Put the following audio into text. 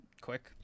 quick